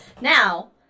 Now